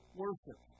worship